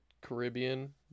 Caribbean